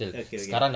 okay okay